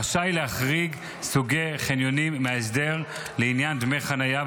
רשאי להחריג סוגי חניונים מההסדר לעניין דמי חניה,